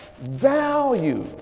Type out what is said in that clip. Value